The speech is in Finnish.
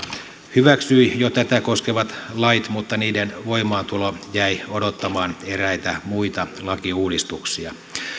hyväksyi jo tätä koskevat lait mutta niiden voimaantulo jäi odottamaan eräitä muita lakiuudistuksia